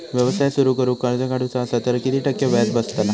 व्यवसाय सुरु करूक कर्ज काढूचा असा तर किती टक्के व्याज बसतला?